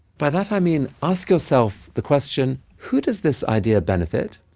by that i mean, ask yourself the question who does this idea benefit?